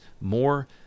more